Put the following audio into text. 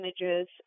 images